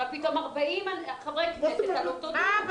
יכולים פתאום 40 חברי כנסת על אותו דיון.